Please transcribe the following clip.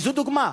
וזו דוגמה,